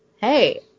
hey